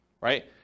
right